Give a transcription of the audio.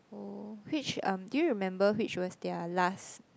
oh which um do you remember which was their last